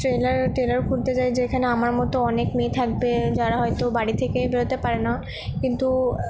trailer tailor খুলতে চাই যেখানে আমার মতো অনেক মেয়ে থাকবে যারা হয়তো বাড়ি থেকে বেরোতে পারে না কিন্তু